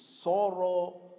sorrow